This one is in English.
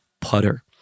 putter